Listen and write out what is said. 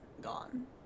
Gone